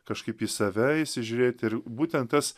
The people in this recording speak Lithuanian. kažkaip į save įsižiūrėti ir būtent tas